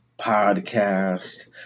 podcast